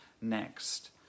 next